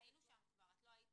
היינו שם, לא היית